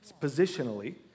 positionally